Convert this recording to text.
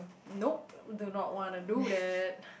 nope do not want to do that